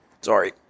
Sorry